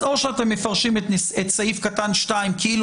או שאתם מפרשים את סעיף קטן (2) כאילו